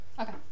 Okay